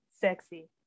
sexy